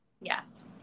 Yes